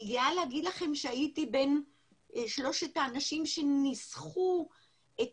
אני גאה להגיד לכם שהייתי בין שלושת האנשים שניסחו את